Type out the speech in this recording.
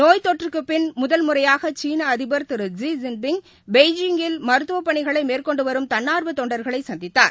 நோய்த்தொற்றுக்குப் பின் முதல் முறையாகசீனஅதிபா் திரு ஜி ஸின் பிங் பெய்ஜிங்கில் மருத்துவப் பணிகளைமேற்கொண்டுவரும் தன்னார்வதொண்டர்களைசந்தித்தார்